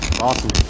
Awesome